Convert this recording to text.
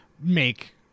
make